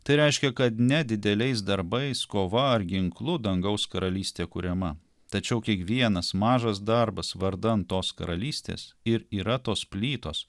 tai reiškia kad ne dideliais darbais kova ar ginklu dangaus karalystė kuriama tačiau kiekvienas mažas darbas vardan tos karalystės ir yra tos plytos